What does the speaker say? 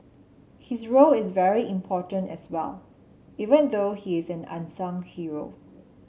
his role is very important as well even though he is an unsung hero